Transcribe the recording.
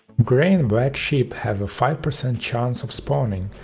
gray and black sheep have a five percent chance of spawning.